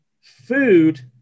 Food